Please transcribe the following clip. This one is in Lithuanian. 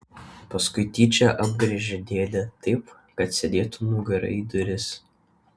paskui tyčia apgręžė kėdę taip kad sėdėtų nugara į duris